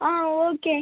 ஆ okay